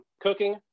Cooking